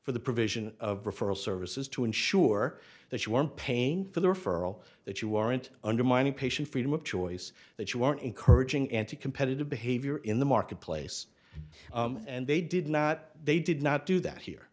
for the provision of referral services to ensure that you are in pain for the referral that you aren't undermining patient freedom of choice that you want encouraging anticompetitive behavior in the marketplace and they did not they did not do that here